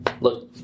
Look